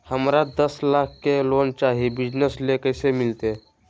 हमरा दस लाख के लोन चाही बिजनस ले, कैसे मिलते?